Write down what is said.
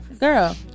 Girl